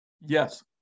yes